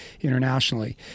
internationally